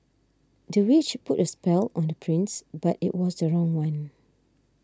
the witch put a spell on the prince but it was the wrong one